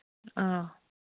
ꯑꯥ